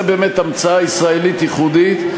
זו באמת המצאה ישראלית ייחודית.